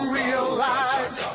realize